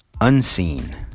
unseen